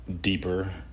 Deeper